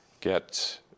get